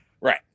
Right